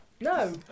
No